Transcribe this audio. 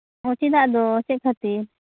ᱚᱻ ᱪᱮᱫᱟᱜ ᱫᱚ ᱪᱮᱫ ᱠᱷᱟᱛᱤᱨ